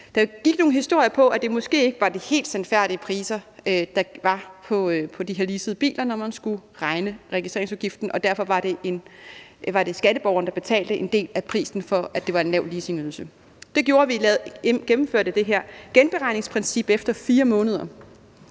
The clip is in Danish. Der gik nogle historier om, at det måske ikke var de helt sandfærdige priser, der var på de her leasede biler, når man skulle beregne registreringsafgiften, og derfor var det skatteborgerne, der betalte en del af prisen for, at det var en lav leasingydelse. Det gjorde, at vi gennemførte det her genberegningsprincip efter 4 måneder.